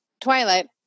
Twilight